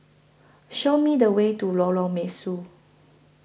Show Me The Way to Lorong Mesu